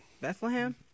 Bethlehem